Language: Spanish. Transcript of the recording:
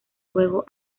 juego